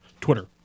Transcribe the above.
Twitter